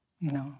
No